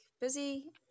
busy